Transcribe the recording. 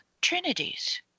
trinities